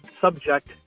subject